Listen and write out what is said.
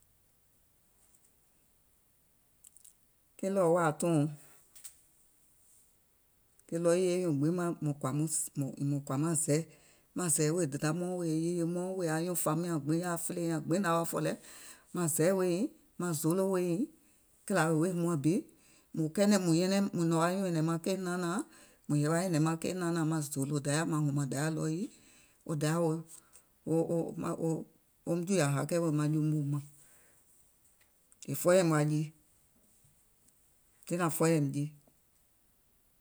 Ke ɗɔ̀ɔ̀ wàà tɔùɔ̀ɔŋ, ke ɗɔɔ yii ye nyùùŋ gbiŋ maŋ mùŋ kàɔ̀ muŋ maŋ zɛì, maŋ zɛ̀ì wèè dèda mɔɔ̀ŋ, wèè yèye mɔɔ̀ŋ, maŋ zɛ̀ì wèè anyuùŋ fàum nyàŋ gbiŋ yaà fìleè nyaŋ gbiŋ naŋ wa fɔ̀ lɛ, maŋ zɛì weè nyiŋ, maŋ zoolò weè nyiŋ, kìlà wèè muàŋ bi, mùŋ kɛɛnɛ̀ŋ mùŋ nɔ̀ŋ wa nyuùŋ nyɛ̀nɛ̀ŋ keì naanȧàŋ, mùŋ he wa nyɛ̀nɛ̀ŋ maŋ keì naanààŋ, maŋ zòòlò Dayà maŋ hùmàŋ Dayà ɗɔɔ yii, wo Dayà o o o oum jùùyà hakɛ̀ wèè maŋ, è fɔɔyɛ̀ìm wa jii, tiŋ nàŋ fɔɔyɛ̀ìm jii.